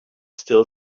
still